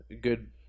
good